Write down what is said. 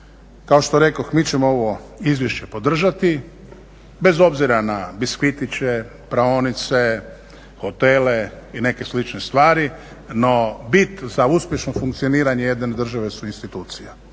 kao što rekoh mi ćemo ovo izvješće podržati bez obzira na biskivitiće, praonice, hotele i neke slične stvari, no bit za uspješno funkcioniranje jedne države su institucije.